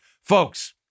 Folks